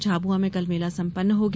झाबुआ में कल मेला संपन्न हो गया